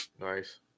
Nice